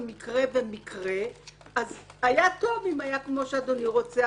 היה טוב אם היה כמו שאדוני רוצה,